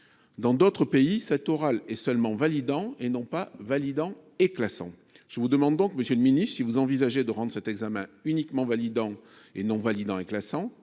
Dans d’autres pays, cet oral est validant, il n’est pas validant et classant. Je vous demande donc, monsieur le ministre, si vous envisagez de rendre cet examen uniquement validant, plutôt que validant et classant.